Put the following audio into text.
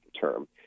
term